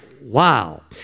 wow